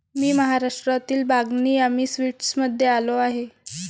मी महाराष्ट्रातील बागनी यामी स्वीट्समध्ये आलो आहे